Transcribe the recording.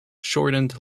shortened